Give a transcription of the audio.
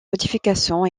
modifications